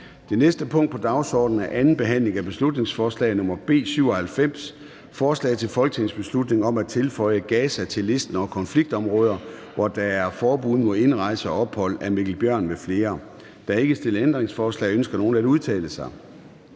Det næste punkt på dagsordenen er: 6) 2. (sidste) behandling af beslutningsforslag nr. B 97: Forslag til folketingsbeslutning om at tilføje Gaza til listen over konfliktområder, hvor der er forbud mod indrejse og ophold. Af Mikkel Bjørn (DF) m.fl. (Fremsættelse 19.12.2023. 1. behandling